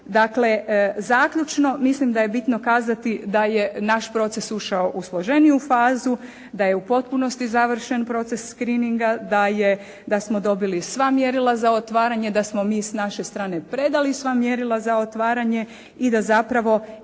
Dakle, zaključno mislim da je bitno kazati da je naš proces ušao u složeniju fazu, da je u potpunosti završen proces screeninga, da smo dobili sva mjerila za otvaranje, da smo mi s naše strane predali sva mjerila za otvaranje i da zapravo